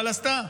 אבל עשתה.